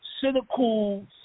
cynical